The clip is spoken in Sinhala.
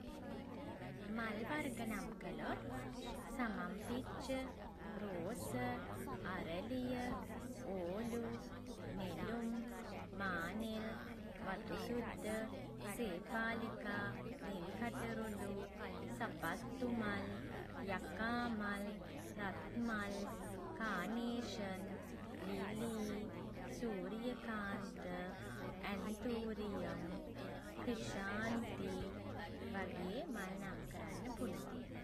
මල් වර්ග නම් කළොත් සමන් පිච්ච රෝස අරලිය ඕලු නෙළුම් මානෙල් වතුසුද්ද සේපාලිකා නිල් කටරොළු සපත්තු මල් යකා මල් රත් මල් කානේෂන් ලිලී සූරියකාන්ත ඇන්තූරියම් ක්‍රිෂාන්ති වගේ මල් නම් කරන්න පුළුවන්.